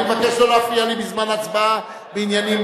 בעד,